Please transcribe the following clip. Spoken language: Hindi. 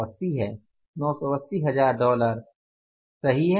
980 हजार डॉलर 980 हजार डॉलर सही है